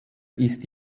ist